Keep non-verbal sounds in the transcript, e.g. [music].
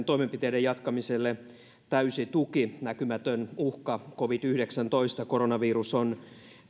[unintelligible] toimenpiteiden jatkamiselle täysi tuki näkymätön uhka covid yhdeksäntoista koronavirus on